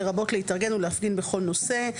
לרבות להתארגן ולהפגין בכל נושא,